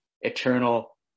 eternal